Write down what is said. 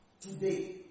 today